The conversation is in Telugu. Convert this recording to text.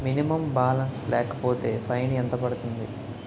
మినిమం బాలన్స్ లేకపోతే ఫైన్ ఎంత పడుతుంది?